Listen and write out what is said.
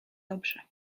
dobrze